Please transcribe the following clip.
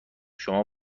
شما